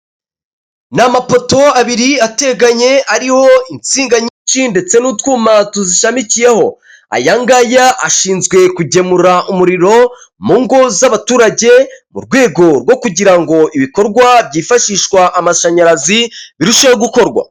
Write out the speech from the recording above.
Ni amapoto abiri ateganye ariho insinga nyinshi ndetse n'utwuma tuzishamikiyeho, aya ngaya ashinzwe kugemura umuriro mu ngo z'abaturage, mu rwego rwo kugira ngo ibikorwa byifashishwa amashanyarazi birusheho gukorwa.